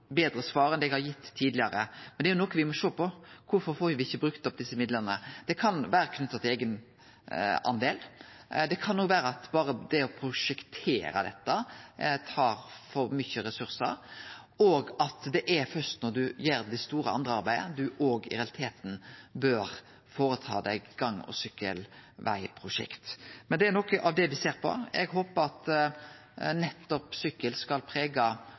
betre svar enn det eg har gitt tidlegare. Det er noko me må sjå på. Kvifor får me ikkje brukt opp desse midlane? Det kan vere knytt til eigendel. Det kan òg vere at berre det å prosjektere dette tar for mykje resursar, og at det er først når ein gjer det store andrearbeidet, at ein i realiteten bør føreta eit gang- og sykkelvegprosjekt. Det er noko av det me ser på. Eg håpar at nettopp sykkel skal